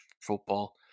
football